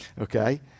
okay